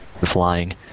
flying